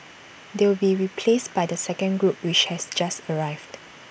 they will be replaced by the second group which has just arrived